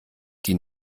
die